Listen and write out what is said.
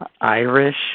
Irish